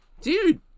Dude